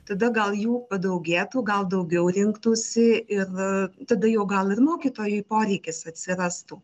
tada gal jų padaugėtų gal daugiau rinktųsi ir tada jau gal ir mokytojui poreikis atsirastų